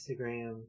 Instagram